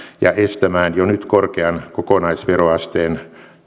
ja estämään jo nyt korkean kokonaisveroasteen